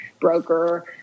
broker